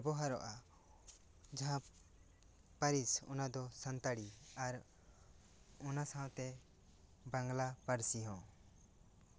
ᱵᱚᱦᱟᱨᱚᱜᱼᱟ ᱡᱟᱦᱟᱸ ᱯᱟᱹᱨᱤᱥ ᱚᱱᱟ ᱫᱚ ᱥᱟᱱᱛᱟᱲᱤ ᱟᱨ ᱚᱱᱟ ᱥᱟᱶ ᱛᱮ ᱵᱟᱝᱞᱟ ᱯᱟᱹᱨᱥᱤ ᱦᱚᱸ